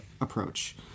approach